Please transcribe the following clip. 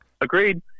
Agreed